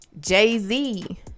Jay-Z